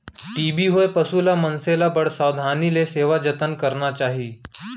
TB होए पसु ल, मनसे ल बड़ सावधानी ले सेवा जतन करना चाही